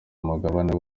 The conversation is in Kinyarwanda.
umugabane